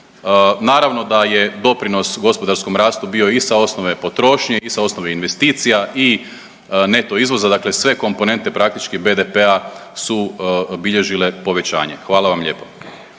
Naravno da je doprinos gospodarskom rastu bio i sa osnove potrošnje i sa osnove investicija i neto izvoza, dakle sve komponente praktički BDP-a su bilježile povećanje. Hvala vam lijepo.